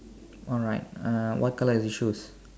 alright uh what colour is the shoes